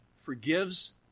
forgives